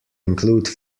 include